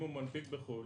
אם הוא מנפיק בחו"ל